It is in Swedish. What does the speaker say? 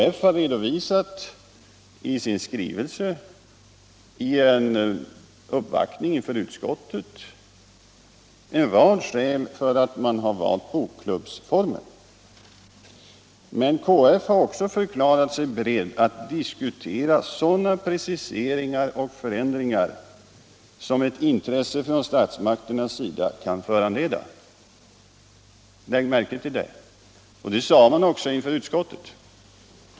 Men KF har redovisat, i sin skrivelse och i en uppvaktning inför utskottet, en rad skäl för att man valt bokklubbsformen. Men KF har också förklarat sig berett att diskutera sådana preciseringar och förändringar som ett intresse från statsmakternas sida kan föranleda — lägg märke till detta! Det sade man också inför utskottet.